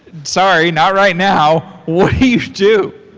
sorry. not right now. what do you do?